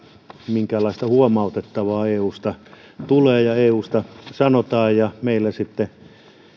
minkäänlaista huomautettavaa eusta tulee ja eusta sanotaan ja meillä sitten